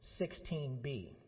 16b